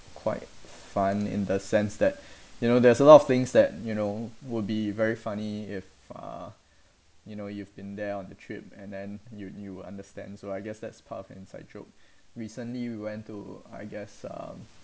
quite fun in the sense that you know there's a lot of things that you know would be very funny if uh you know you've been there on the trip and then you you understand so I guess that's part of an inside joke recently we went to I guess um